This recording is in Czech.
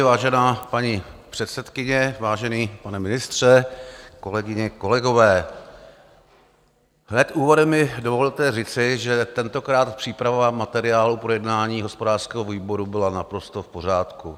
Vážená paní předsedkyně, vážený pane ministře, kolegyně, kolegové, hned úvodem mi dovolte říci, že tentokrát příprava materiálu pro jednání hospodářského výboru byla naprosto v pořádku.